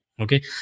Okay